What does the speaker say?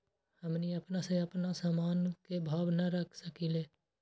हमनी अपना से अपना सामन के भाव न रख सकींले?